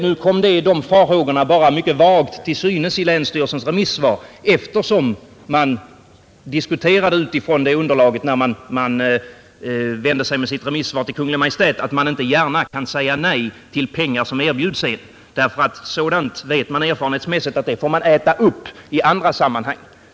Nu kom dessa farhågor bara mycket vagt till synes i länsstyrelsens remissvar, eftersom man diskuterar utifrån det underlaget när man vänder sig till Kungl. Maj:t att man inte gärna kan säga nej till pengar som erbjuds. Man vet nämligen erfarenhetsmässigt att man får äta upp sådant i andra sammanhang.